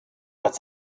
gott